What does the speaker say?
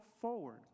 forward